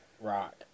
rock